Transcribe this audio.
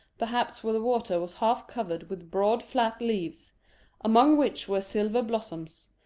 perhaps where the water was half covered with broad flat leaves among which were silver blossoms,